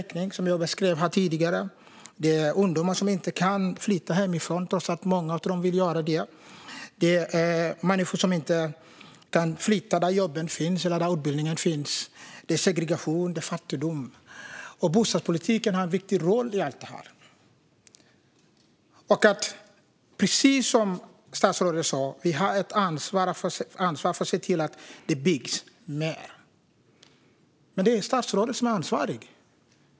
Som jag tidigare beskrev handlar det även om vräkningar, ungdomar som inte kan flytta hemifrån trots att många av dem vill och människor som inte kan flytta dit där jobb eller utbildning finns. Det handlar om segregation och fattigdom. Bostadspolitiken har en viktig roll i allt detta. Precis som statsrådet sa har vi ett ansvar för att se till att det byggs mer. Men det är ju statsrådet som är ansvarig.